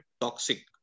toxic